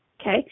okay